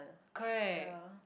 correct